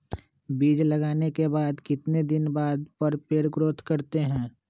बीज लगाने के बाद कितने दिन बाद पर पेड़ ग्रोथ करते हैं?